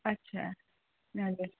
अच्छा हजुर